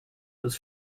was